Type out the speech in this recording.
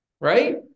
Right